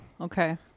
Okay